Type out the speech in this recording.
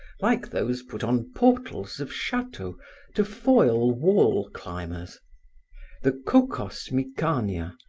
like those put on portals of chateaux to foil wall climbers the cocos micania,